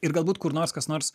ir galbūt kur nors kas nors